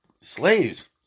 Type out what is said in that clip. slaves